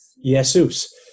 Jesus